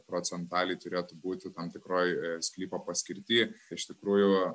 procentaliai turėtų būti tam tikroj sklypo paskirty tai iš tikrųjų